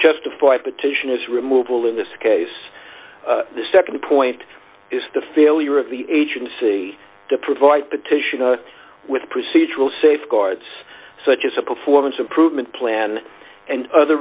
justify petitioners removal in this case the nd point is the failure of the agency to provide petition a with procedural safeguards such as a performance improvement plan and other